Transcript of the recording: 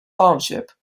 township